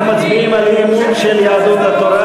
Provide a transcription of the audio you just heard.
אנחנו מצביעים על הצעת האי-אמון של יהדות התורה.